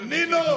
Nino